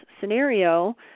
scenario